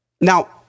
Now